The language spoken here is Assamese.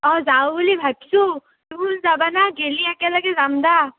অঁ যাওঁ বুলি ভাবছু তুহু যাবা না গেলি একেলগে যাম দা